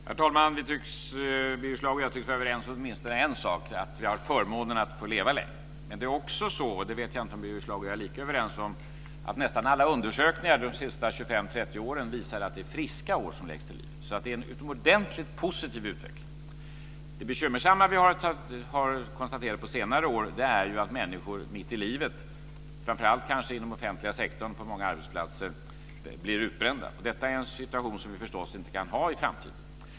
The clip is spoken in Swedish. Herr talman! Birger Schlaug och jag tycks vara överens om åtminstone en sak, att vi har förmånen att få leva längre. Men det är också så, och det vet jag inte om Birger Schlaug och jag är lika överens om, att nästan alla undersökningar de senaste 25-30 åren visar att det är friska år som läggs till livet. Det är en utomordentligt positiv utveckling. Det bekymmersamma vi har konstaterat på senare år är att människor blir utbrända mitt i livet, kanske framför allt på många arbetsplatser inom den offentliga sektorn. Detta är en situation som vi förstås inte kan ha i framtiden.